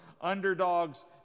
underdogs